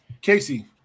Casey